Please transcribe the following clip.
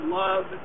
love